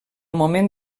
moment